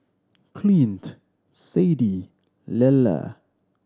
Clint Sadie Lella